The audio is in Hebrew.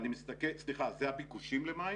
2.341 אלה הביקושים למים